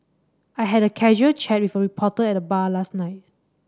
I had a casual chat with a reporter at the bar last night